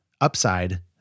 Upside